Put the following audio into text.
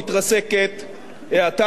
האטה מסוימת בסין והודו,